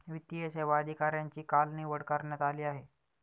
वित्तीय सेवा अधिकाऱ्यांची काल निवड करण्यात आली आहे